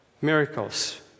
miracles